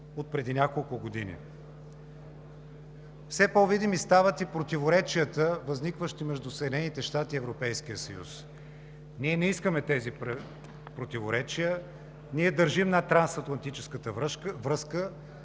отпреди няколко години. Все по-видими стават и противоречията, възникващи между Съединените щати и Европейския съюз. Ние не искаме тези противоречия, ние държим на трансатлантическата връзка,